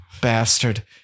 bastard